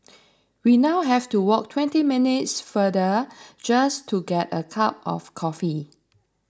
we now have to walk twenty minutes farther just to get a cup of coffee